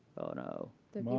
oh, no.